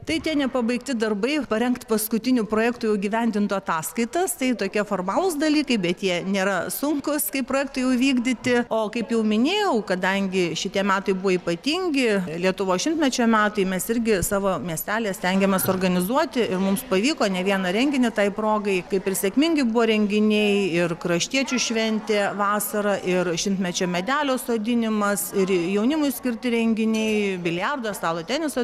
tai tie nepabaigti darbai parengt paskutinių projektų jau įgyvendintų ataskaitas tai tokie formalūs dalykai bet jie nėra sunkūs kai projektai jau įvykdyti o kaip jau minėjau kadangi šitie metai buvo ypatingi lietuvos šimtmečio metai mes irgi savo miestelyje stengiamės organizuoti ir mums pavyko ne vieną renginį tai progai kaip ir sėkmingi buvo renginiai ir kraštiečių šventė vasarą ir šimtmečio medelio sodinimas ir jaunimui skirti renginiai biliardo stalo teniso